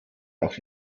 auch